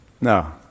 No